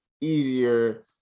easier